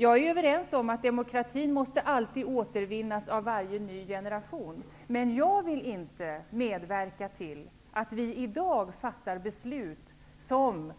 Jag håller med om att demokratin alltid måste återvinnas av varje ny generation. Men jag vill inte medverka till att vi i dag fattar beslut som